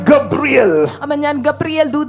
Gabriel